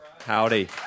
Howdy